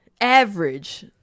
average